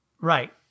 Right